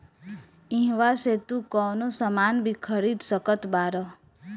इहवा से तू कवनो सामान भी खरीद सकत बारअ